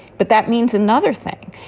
but that means another thing,